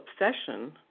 obsession